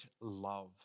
love